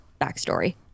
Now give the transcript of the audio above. backstory